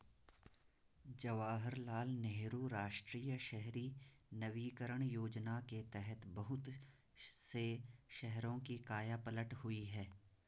जवाहरलाल नेहरू राष्ट्रीय शहरी नवीकरण योजना के तहत बहुत से शहरों की काया पलट हुई है